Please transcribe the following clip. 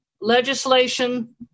legislation